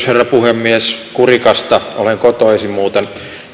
herra puhemies kurikasta olen kotoisin muuten